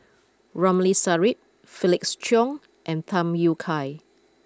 Ramli Sarip Felix Cheong and Tham Yui Kai